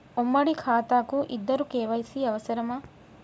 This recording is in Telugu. ఉమ్మడి ఖాతా కు ఇద్దరు కే.వై.సీ అవసరమా?